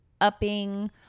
upping